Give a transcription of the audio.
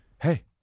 hey